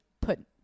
put